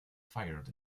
fired